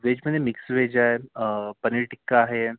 व्हेजमध्ये mix veg आहे पनीर टिक्का आहे